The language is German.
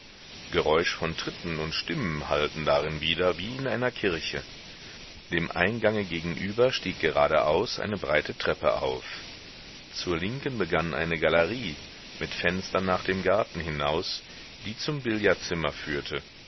geräusch von tritten und stimmen hallte darin wider wie in einer kirche dem eingange gegenüber stieg geradeaus eine breite treppe auf zur linken begann eine galerie mit fenstern nach dem garten hinaus die zum billardzimmer führte